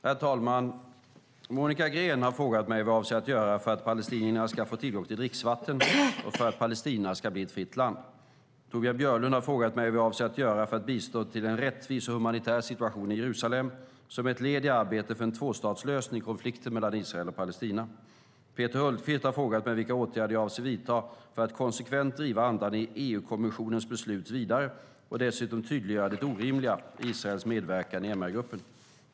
Herr talman! Monica Green har frågat mig vad jag avser att göra för att palestinierna ska få tillgång till dricksvatten och för att Palestina ska bli ett fritt land. Torbjörn Björlund har frågat mig vad jag avser att göra för att bistå till en rättvis och humanitär situation i Jerusalem som ett led i arbetet för en tvåstatslösning i konflikten mellan Israel och Palestina. Peter Hultqvist har frågat mig vilka åtgärder jag avser att vidta för att konsekvent driva andan i EU-kommissionens beslut vidare och dessutom tydliggöra det orimliga i Israels medverkan i MR-gruppen.